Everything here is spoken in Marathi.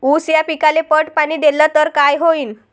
ऊस या पिकाले पट पाणी देल्ल तर काय होईन?